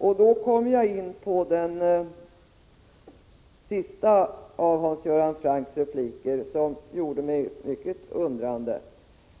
Därmed kommer jag in på det sista av Hans Göran Francks uttalanden, som gjorde mig mycket undrande.